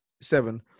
seven